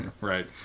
Right